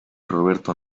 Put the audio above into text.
roberto